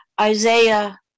Isaiah